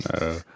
no